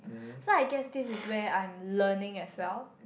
so I guess this is where I'm learning as well